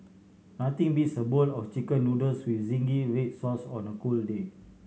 nothing beats a bowl of Chicken Noodles with zingy red sauce on a cold day